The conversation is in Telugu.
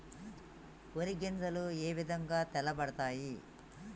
వరి గింజలు ఏ విధంగా తెల్ల పడతాయి?